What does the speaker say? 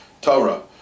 Torah